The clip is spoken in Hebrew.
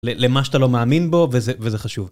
למה שאתה לא מאמין בו, וזה חשוב.